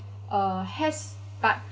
uh has but